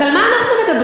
אז על מה אנחנו מדברים?